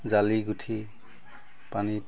জালি গুঠি পানীত